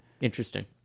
Interesting